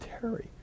Terry